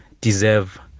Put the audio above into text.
deserve